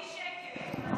הוא חייב משהו.